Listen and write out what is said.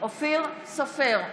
אופיר סופר,